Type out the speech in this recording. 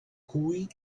cui